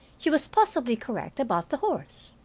she was possibly correct about the horse.